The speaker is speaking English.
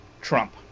Trump